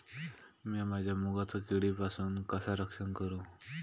मीया माझ्या मुगाचा किडीपासून कसा रक्षण करू?